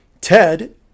Ted